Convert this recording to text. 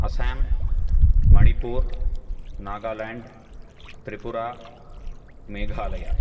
Assam Manipur Nagaland Tripura Meghalaya